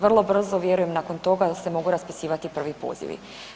Vrlo brzo, vjerujem, nakon toga, da se mogu raspisivati prvi pozivi.